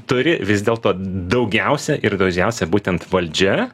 turi vis dėl to daugiausia ir gražiausia būtent valdžia